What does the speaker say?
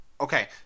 Okay